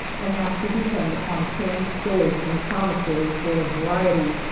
and have to depend upon canned stores in the commissary for a variety,